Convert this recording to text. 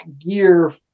gear